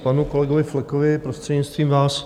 K panu kolegovi Flekovi, prostřednictvím vás.